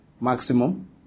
maximum